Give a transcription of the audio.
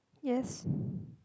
yes